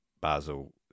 Basel